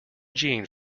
jeanne